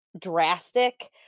drastic